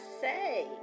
say